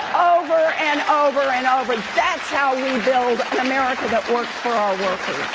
over and over and over, that's how we build an america that works for our workers.